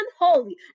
unholy